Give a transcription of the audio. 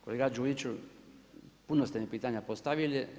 Kolega Đujiću puno ste mi pitanja postavili.